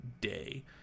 day